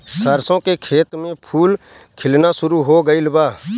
सरसों के खेत में फूल खिलना शुरू हो गइल बा